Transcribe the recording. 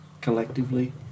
collectively